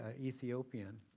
Ethiopian